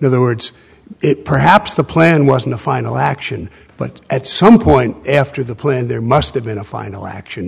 in other words it perhaps the plan wasn't a final action but at some point after the plan there must've been a final action